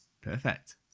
Perfect